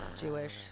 Jewish